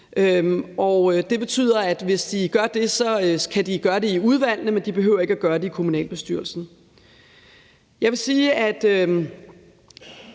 Det betyder, at hvis de gør det, så kan de gøre det i udvalgene, men de behøver ikke gør det i kommunalbestyrelsen. Jeg vil sige, at